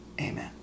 Amen